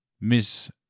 Miss